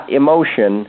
emotion